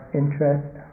interest